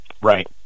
Right